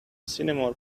cinnamon